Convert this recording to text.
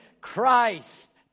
Christ